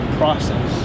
process